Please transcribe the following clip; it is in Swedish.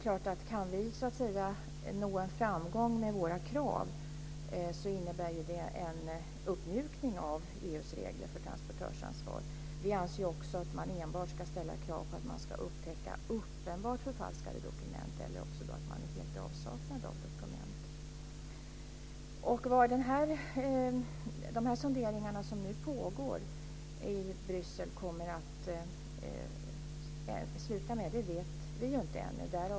Kan vi nå framgång med våra krav innebär det en uppmjukning av EU:s regler för transportörsansvar. Vi anser också att man enbart ska ställa krav på att upptäcka uppenbart förfalskade dokument eller att det är fråga om fullständig avsaknad av dokument. Vad de sonderingar som pågår i Bryssel kommer att sluta i vet vi inte än.